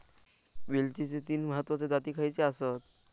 वेलचीचे तीन महत्वाचे जाती खयचे आसत?